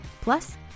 Plus